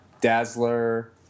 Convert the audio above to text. Dazzler